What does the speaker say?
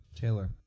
Taylor